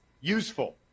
useful